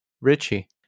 Richie